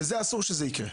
ואסור שזה יקרה.